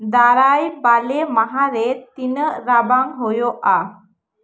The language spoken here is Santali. ᱫᱟᱨᱟᱭ ᱵᱟᱞᱮ ᱢᱟᱦᱟᱨᱮ ᱛᱤᱱᱟ ᱜ ᱨᱟᱵᱟᱝ ᱦᱳᱭᱳᱜᱼᱟ